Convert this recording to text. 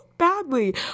badly